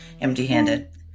empty-handed